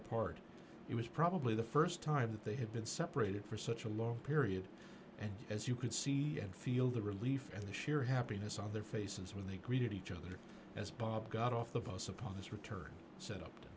apart it was probably the st time that they had been separated for such a long period and as you can see and feel the relief at the sheer happiness on their faces when they greeted each other as bob got off the bus upon his return sent up